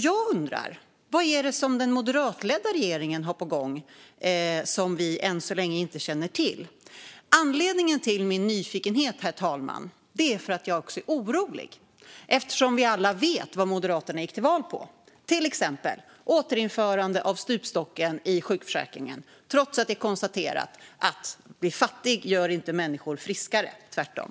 Jag undrar därför vad det är som den moderatledda regeringen har på gång som vi än så länge inte känner till? Anledningen till min nyfikenhet, herr talman, är att jag också är orolig eftersom vi alla vet vad Moderaterna gick till val på, till exempel återinförande av stupstocken i sjukförsäkringen trots att det är konstaterat att fattigdom inte gör människor friskare - tvärtom.